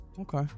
Okay